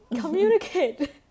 communicate